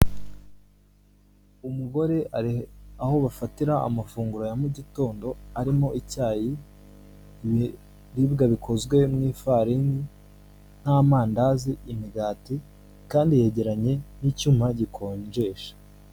Umugore ari aho bafatira amafunguro ya mu gitondo arimo icyayi ibiribwa bikozwe mu ifarini nk'amandazi imigati kandi yegeranye n'icyuma gikonjesha.